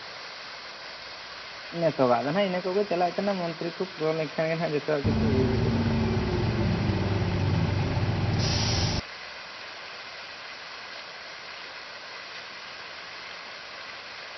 ᱚᱱᱮ ᱛᱚ ᱚᱲᱟᱜ ᱫᱚ ᱱᱟᱜ ᱤᱱᱟᱹ ᱠᱚᱜᱮ ᱪᱟᱞᱟᱜ ᱠᱟᱱᱟ ᱢᱚᱱᱛᱨᱤ ᱠᱚ ᱯᱩᱨᱟᱹᱣ ᱞᱮᱱ ᱠᱷᱟᱱ ᱜᱮ ᱱᱟᱜ ᱡᱚᱛᱚᱣᱟᱜ ᱠᱤᱪᱷᱩ ᱦᱩᱭ ᱜᱚᱫᱚᱜᱼᱟ